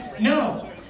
No